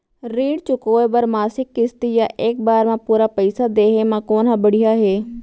ऋण चुकोय बर मासिक किस्ती या एक बार म पूरा पइसा देहे म कोन ह बढ़िया हे?